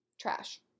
Trash